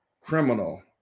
criminal